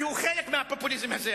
כי הוא חלק מהפופוליזם הזה,